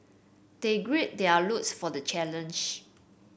they gird their for the challenge